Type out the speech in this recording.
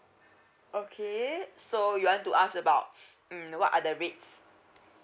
okay so you want to ask about mm what are the rates